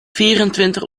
vierentwintig